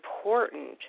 important